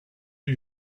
new